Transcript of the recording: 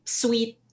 sweet